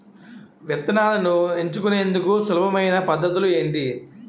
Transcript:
విత్తనాలను ఎంచుకునేందుకు సులభమైన పద్ధతులు ఏంటి?